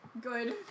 Good